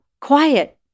quiet